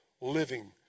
living